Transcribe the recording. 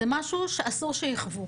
זה משהו שאסור שיחוו,